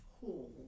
hall